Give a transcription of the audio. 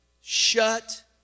Shut